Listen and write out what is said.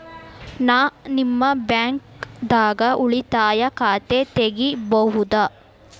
ನಾ ನಿಮ್ಮ ಬ್ಯಾಂಕ್ ದಾಗ ಉಳಿತಾಯ ಖಾತೆ ತೆಗಿಬಹುದ?